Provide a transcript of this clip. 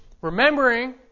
Remembering